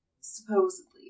supposedly